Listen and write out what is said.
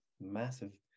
massive